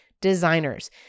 designers